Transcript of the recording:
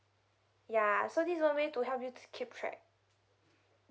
ya so this is one way to help you to keep track